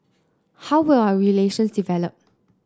how will our relations develop